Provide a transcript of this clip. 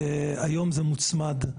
היום זה מוצמד.